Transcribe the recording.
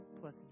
plus